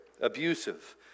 abusive